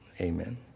amen